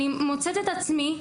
אני מוצאת את עצמי,